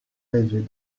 rêver